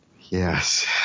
Yes